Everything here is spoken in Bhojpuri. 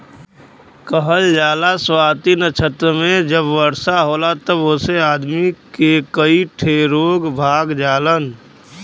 कहल जाला स्वाति नक्षत्र मे जब वर्षा होला तब ओसे आदमी के कई ठे रोग भाग जालन